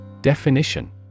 Definition